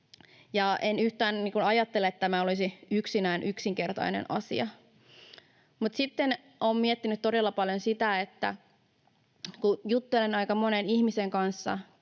En yhtään ajattele, että tämä olisi yksinään yksinkertainen asia. Sitten olen miettinyt todella paljon sitä, kun juttelen aika monen ihmisen kanssa,